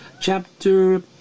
Chapter